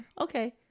Okay